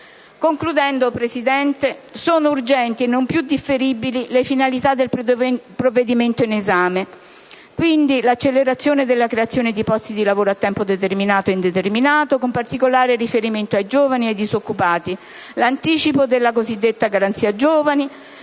Concludendo, signora Presidente, sono urgenti e non più differibili le finalità del provvedimento in esame, quali l'accelerazione della creazione di posti lavoro a tempo determinato e indeterminato (con particolare riferimento ai giovani e ai disoccupati), l'anticipo della cosiddetta garanzia giovani